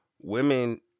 women